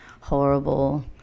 horrible